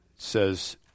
says